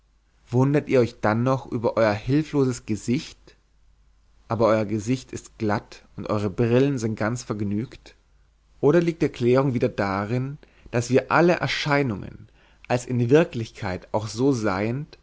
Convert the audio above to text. wundert ihr euch dann noch über euer hilfloses gesicht aber euer gesicht ist glatt und eure brillen sind ganz vergnügt oder liegt die erklärung wieder darin daß wir alle erscheinungen als in wirklichkeit auch so seiend